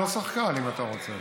הנוסח כאן, אם אתה רוצה.